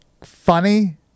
funny